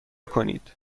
کنید